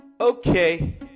Okay